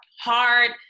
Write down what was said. hard